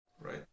Right